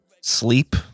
sleep